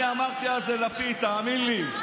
אני אמרתי אז ללפיד: תאמין לי,